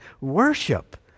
worship